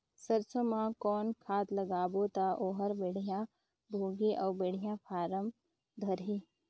सरसो मा कौन खाद लगाबो ता ओहार बेडिया भोगही अउ बेडिया फारम धारही?